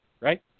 right